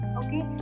okay